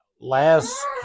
last